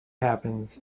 happens